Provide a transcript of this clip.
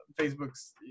facebook's